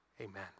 Amen